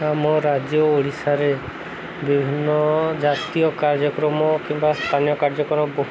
ଆମ ରାଜ୍ୟ ଓଡ଼ିଶାରେ ବିଭିନ୍ନ ଜାତୀୟ କାର୍ଯ୍ୟକ୍ରମ କିମ୍ବା ସ୍ଥାନୀୟ କାର୍ଯ୍ୟକ୍ରମ ବହୁ